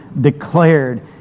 declared